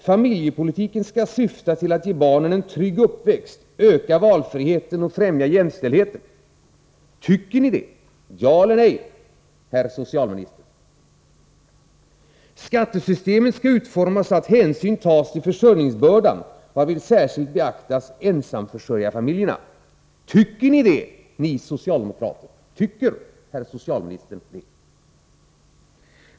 Familjepolitiken skall syfta till att ge barnen en trygg uppväxt, öka valfriheten och främja jämställdheten. Tycker ni det? Ja eller nej, herr socialminister? 3. Skattesystemet skall utformas så att hänsyn tas till försörjningsbördan, varvid särskilt beaktas ensamförsörjarfamiljerna. Tycker ni socialdemokrater det? Tycker herr socialministern det? 4.